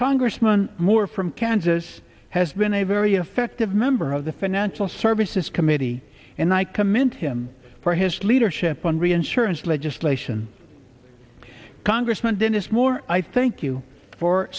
congressman moore from kansas has been a very effective member of the financial services committee and i commend him for his leadership on reinsurance legislation congressman dennis moore i thank you for